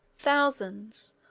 thousands,